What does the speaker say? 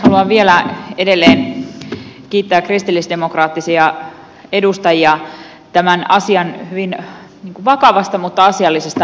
haluan vielä edelleen kiittää kristillisdemokraattisia edustajia tämän asian hyvin vakavasta mutta asiallisesta lähestymistavasta